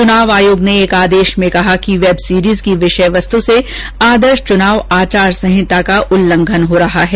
चुनाव आयोग ने एक आदेश में कहा कि वेब सीरीज की विषय वस्तु से आदर्श चुनाव आचार संहिता का उल्लंघन हो रहा है